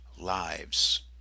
lives